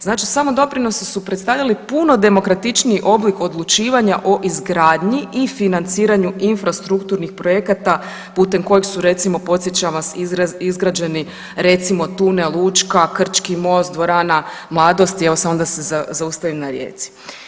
Znači samodoprinosi su predstavljali puno demokratičniji oblik odlučivanja o izgradnji i financiranju infrastrukturnih projekata putem kojeg su recimo podsjećam vas izgrađeni recimo Tunel Učka, Krčki most, Dvorana Mladost, evo samo da se zaustavim na Rijeci.